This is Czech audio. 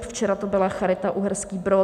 Včera to byla Charita Uherský Brod.